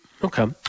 Okay